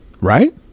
Right